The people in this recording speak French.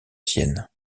sienne